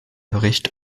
bericht